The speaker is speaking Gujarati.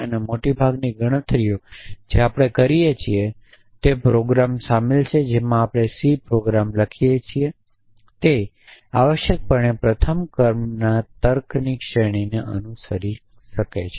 અને મોટાભાગની ગણતરીઓ જે આપણે કરીએ છીએ તે પ્રોગ્રામ શામેલ છે જેમાં આપણે સી પ્રોગ્રામ લખીએ છીએ તે આવશ્યકપણે પ્રથમ ક્રમમાં તર્કની શ્રેણીને અનુસરી શકે છે